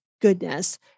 goodness